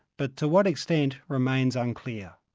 but to what extent, remains unclear.